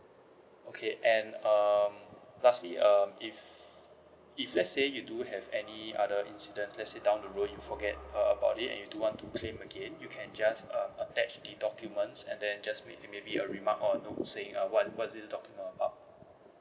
okay and um lastly um if if let's say you do have any other incidents lets say down the road you forget uh about it and you want to claim again you can just um attached the documents and then just maybe maybe a remark or notes saying uh what what's this document about